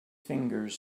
fingers